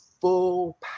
full